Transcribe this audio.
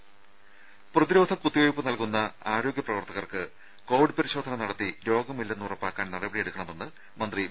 രുമ പ്രതിരോധ കുത്തിവെയ്പ് നൽകുന്ന ആരോഗ്യ പ്രവർത്തകർക്ക് കോവിഡ് പരിശോധന നടത്തി രോഗമില്ലെന്ന് ഉറപ്പാക്കാൻ നടപടിയെടുക്കണമെന്ന് മന്ത്രി വി